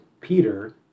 Peter